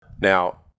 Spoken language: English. now